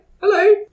Hello